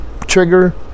trigger